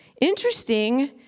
Interesting